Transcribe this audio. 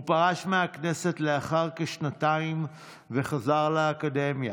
הוא פרש מהכנסת לאחר כשנתיים וחזר לאקדמיה.